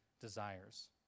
desires